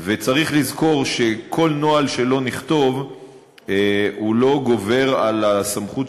וצריך לזכור שכל נוהל שנכתוב לא גובר על הסמכות